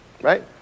right